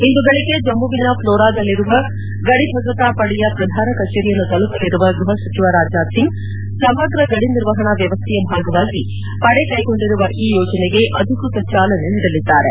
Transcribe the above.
ಇಂದು ಬೆಳಿಗ್ಗೆ ಜಮ್ನುವಿನ ಮ್ಲೋರಾದಲ್ಲಿರುವ ಗಡಿಭದ್ರತಾ ಪಡೆಯ ಪ್ರಧಾನ ಕಚೇರಿಯನ್ನು ತಲುಪಲಿರುವ ಗ್ಭಹಸಚಿವ ರಾಜನಾಥ್ಸಿಂಗ್ ಸಮಗ್ರ ಗಡಿ ನಿರ್ವಹಣಾ ವ್ಯವಸ್ವೆಯ ಭಾಗವಾಗಿ ಪಡೆ ಕೈಗೊಂಡಿರುವ ಈ ಯೋಜನೆಗೆ ಅಧಿಕೃತ ಜಾಲನೆ ನೀಡಲಿದ್ಲಾರೆ